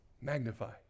Magnify